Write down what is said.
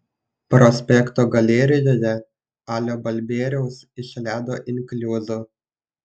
prospekto galerijoje alio balbieriaus iš ledo inkliuzų